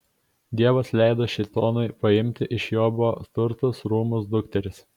dievas leido šėtonui paimti iš jobo turtus rūmus dukteris